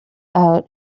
out